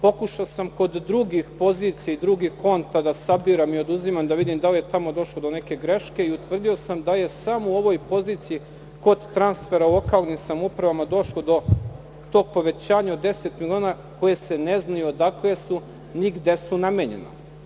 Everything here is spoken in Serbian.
Pokušao sam kod drugih pozicija i drugih konta da sabiram i oduzimam, da vidim da li je tamo došlo do neke greške i utvrdio sam da je samo u ovoj poziciji kod transfera lokalnim samoupravama došlo do tog povećanja od 10 miliona koje se ne znaju odakle su i gde su namenjena.